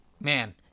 man